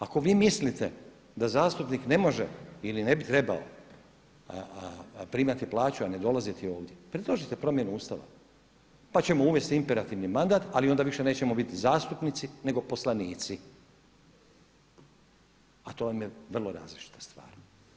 Ako vi mislite da zastupnik ne može ili ne bi trebao primati plaću a ne dolaziti ovdje, predložite promjenu Ustava, pa ćemo uvesti imperativni mandat, ali onda više nećemo biti zastupnici nego poslanici, a to vam je vrlo različita stvar.